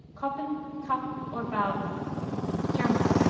koppen, cup, or bauden germany